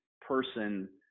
person